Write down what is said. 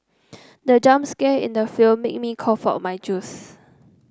the jump scare in the film made me cough out my juice